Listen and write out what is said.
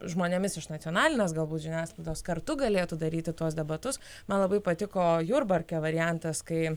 žmonėmis iš nacionalinės galbūt žiniasklaidos kartu galėtų daryti tuos debatus man labai patiko jurbarke variantas kai